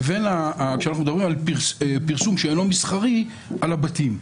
לבין הפרסום שאינו מסחרי על הבתים.